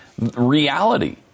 reality